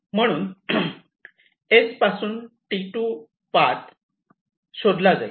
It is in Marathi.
म्हणून S पासून T2 पाथ शोधला जाईल